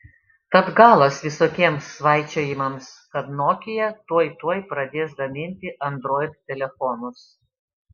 tad galas visokiems svaičiojimams kad nokia tuoj tuoj pradės gaminti android telefonus